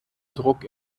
druck